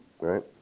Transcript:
right